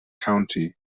county